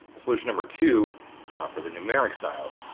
solution number two for the numeric styles.